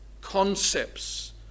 concepts